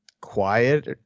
quiet